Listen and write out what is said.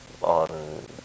on